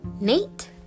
Nate